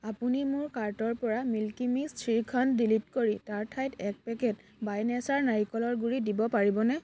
আপুনি মোৰ কাৰ্টৰপৰা মিল্কী মিচ শ্ৰীখন ডিলিট কৰি তাৰ ঠাইত এক পেকেট বাই নেচাৰ নাইকলৰ গুড়ি দিব পাৰিবনে